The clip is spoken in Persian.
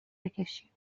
بکشی